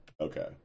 okay